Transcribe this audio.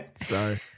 Sorry